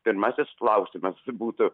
pirmasis klausimas būtų